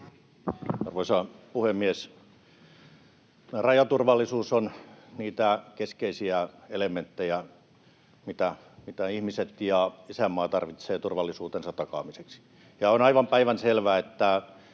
Arvoisa puhemies! Rajaturvallisuus on niitä keskeisiä elementtejä, mitä ihmiset ja isänmaa tarvitsevat turvallisuutensa takaamiseksi. Ja on aivan päivänselvää, että